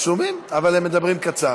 רשומים, אבל הם מדברים קצר.